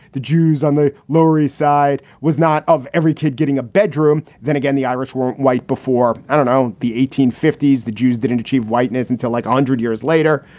the jews on the lohrey side was not of every kid getting a bedroom. then again, the irish weren't white before. i don't know the eighteen fifties. the jews didn't achieve whiteness until like hundred years later,